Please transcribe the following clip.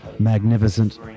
Magnificent